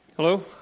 Hello